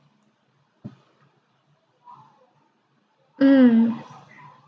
mm